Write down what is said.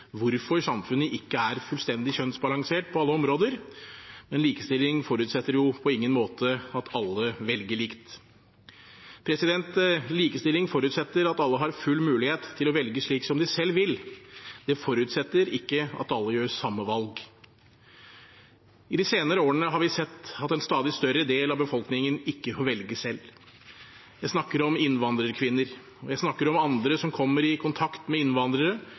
hvorfor samfunnet ikke er fullstendig kjønnsbalansert på alle områder. Men likestilling forutsetter jo på ingen måte at alle velger likt. Likestilling forutsetter at alle har full mulighet til å velge slik som de selv vil. Det forutsetter ikke at alle gjør samme valg. I de senere årene har vi sett at en stadig større del av befolkningen ikke får velge selv. Jeg snakker om innvandrerkvinner, og jeg snakker om andre som kommer i kontakt med innvandrere